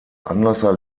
anlasser